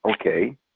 okay